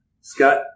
Scott